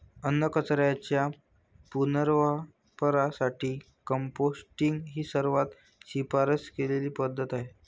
अन्नकचऱ्याच्या पुनर्वापरासाठी कंपोस्टिंग ही सर्वात शिफारस केलेली पद्धत आहे